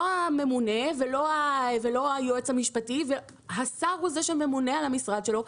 לא הממונה ולא היועץ המשפטי אלא השר הוא זה שממונה על המשרד שלו,